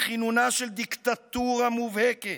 בכינונה של דיקטטורה מובהקת.